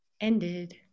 Ended